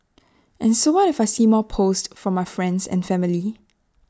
and so what if I see more posts from friends and family